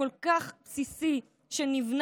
הבסיסי כל כך,